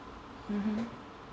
mmhmm